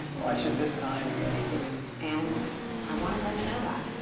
why should this time be any different? and i wanted them to know that.